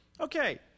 Okay